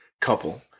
couple